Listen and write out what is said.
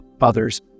others